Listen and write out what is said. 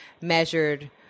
measured